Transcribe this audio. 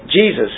Jesus